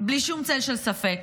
בלי שום צל של ספק,